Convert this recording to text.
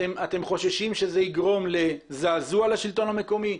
אתם חוששים שזה יגרום לזעזוע לשלטון המקומי?